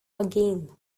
again